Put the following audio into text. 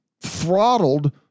throttled